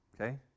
okay